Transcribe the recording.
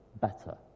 better